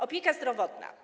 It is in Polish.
Opieka zdrowotna.